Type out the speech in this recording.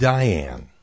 Diane